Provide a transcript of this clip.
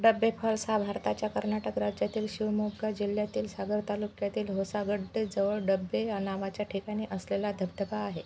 डब्बे फॉल्स हा भारताच्या कर्नाटक राज्यातील शिवमोग्गा जिल्ह्यातील सागर तालुक्यातील होसागड्डेजवळ डब्बे या नावाच्या ठिकाणी असलेला धबधबा आहे